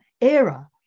era